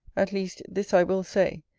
at least, this i will say,